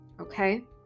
Okay